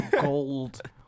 gold